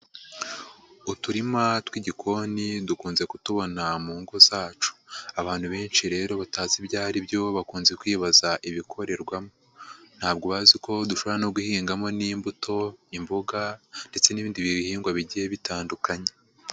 Uturima tw'igikoni dukunze kutubona mu ngo zacu, abantu benshi rero batazi ibyo ari byo bakunze kwibaza ibikorerwamo, ntabwo bazi ko dushobora no guhingamo n'imbuto, imboga ndetse n'ibindi bihingwa bigiye bitandukanye.